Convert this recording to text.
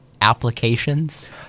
applications—